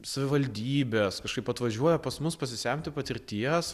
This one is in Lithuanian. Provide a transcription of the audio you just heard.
savivaldybės kažkaip atvažiuoja pas mus pasisemti patirties